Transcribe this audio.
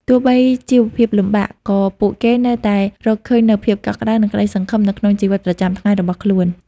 ទោះបីជីវភាពលំបាក ក៏ពួកគេនៅតែរកឃើញនូវភាពកក់ក្ដៅ និងក្ដីសង្ឃឹមនៅក្នុងជីវិតប្រចាំថ្ងៃរបស់ខ្លួន។